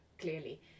clearly